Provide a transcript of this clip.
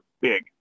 big